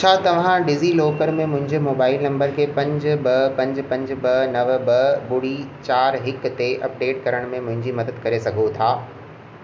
छा तव्हां डिजीलॉकर में मुंहिंजे मोबाइल नंबर खे पंज ॿ पंज पंज ॿ नव ॿ ॿुड़ी चारि हिक ते अपडेट करण में मुंहिंजी मदद करे सघो था